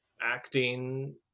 acting